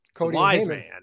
Wiseman